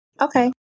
Okay